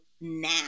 now